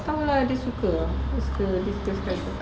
tak tahu lah dia suka ah dia suka